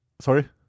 Sorry